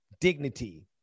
dignity